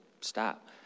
stop